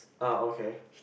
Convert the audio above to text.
ah okay